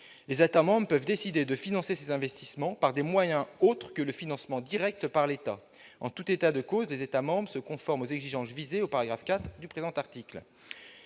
Les États membres peuvent décider de financer ces investissements par des moyens autres que le financement direct par l'État. En tout état de cause, les États membres se conforment aux exigences visées au paragraphe 4 du présent article.